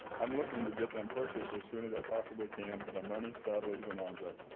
i'm looking to get them purchased as soon as i possibly can, but money, sadly, is an object.